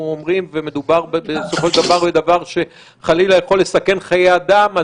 ומדובר בסופו של דבר בדבר שחלילה יכול לסכן חיי אדם,